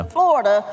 Florida